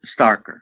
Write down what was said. Starker